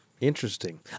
Interesting